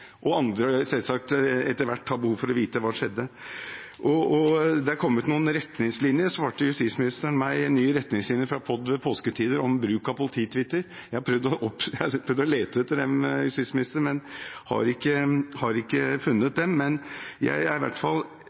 og andre har selvsagt etter hvert behov for å vite hva som skjedde. Justisministeren svarte at det er kommet noen retningslinjer, bl.a. nye retningslinjer fra POD ved påsketider om bruk av politi-tweeter. Jeg har prøvd å lete etter dem, justisminister, men har ikke funnet dem. Men jeg er i hvert fall